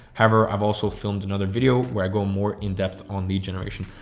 however, i've also filmed another video where i go more in depth on lead generation.